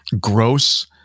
gross